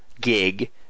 gig